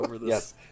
Yes